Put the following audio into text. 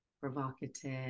provocative